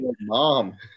Mom